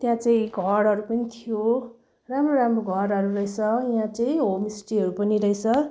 त्यहाँ चाहिँ घरहरू पनि थियो राम्रो राम्रो घरहरू रहेछ यहाँ चाहिँ होमस्टेहरू पनि रहेछ